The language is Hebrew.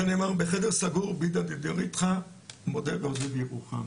זה נאמר בחדר סגור, מודה ועוזב ירוחם.